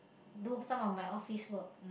do some of my office work